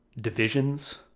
divisions